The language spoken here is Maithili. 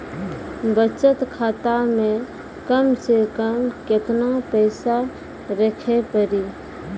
बचत खाता मे कम से कम केतना पैसा रखे पड़ी?